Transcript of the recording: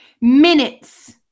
Minutes